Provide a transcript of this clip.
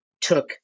took